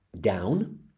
down